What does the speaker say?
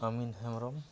Amin Hembrom